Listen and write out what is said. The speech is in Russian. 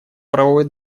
правовой